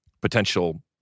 potential